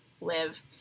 live